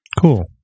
Cool